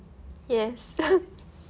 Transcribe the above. yes